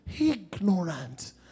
Ignorant